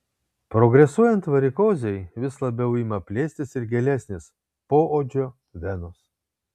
progresuojant varikozei vis labiau ima plėstis ir gilesnės poodžio venos